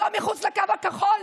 מחוץ לקו הכחול,